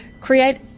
create